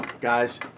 guys